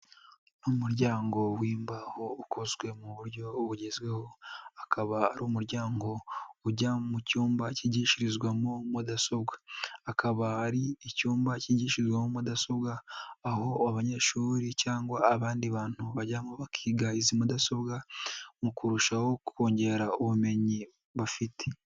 Ni umuryango w'imbaho ukozwe mu buryo bugezweho, akaba ari umuryango ujya mu cyumba kigishirizwamo mudasobwa, akaba ari icyumba kigishirizwo mudasobwa, aho abanyeshuri cyangwa abandi bantu bajyamo bakiga izi mudasobwa mu kurushaho kongera ubumenyi bafite.